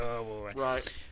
Right